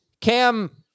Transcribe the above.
cam